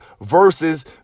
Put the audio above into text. versus